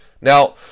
Now